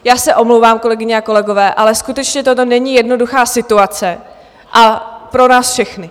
Já se omlouvám, kolegyně a kolegové, ale skutečně toto není jednoduchá situace a pro nás všechny.